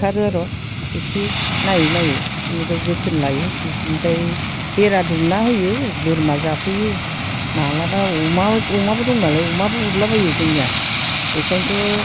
बुथारो र' इसे नायै नायै इनिफ्राय जोथोन लायो आमफ्राय बेरा दुमना होयो बोरमा जाफैयो माब्लाबा अमा अमाबो दं नालाय अमाबो उरला बायो जोंनिया एखायनथ'